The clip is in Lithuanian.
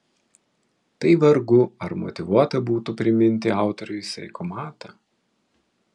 tai vargu ar motyvuota būtų priminti autoriui saiko matą